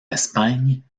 espagne